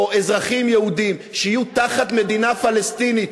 אזרחים יהודים שיהיו תחת מדינה פלסטינית,